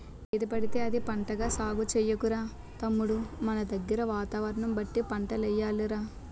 ఏదిపడితే అది పంటగా సాగు చెయ్యకురా తమ్ముడూ మనదగ్గర వాతావరణం బట్టి పంటలెయ్యాలి రా